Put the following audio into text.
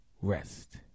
Rest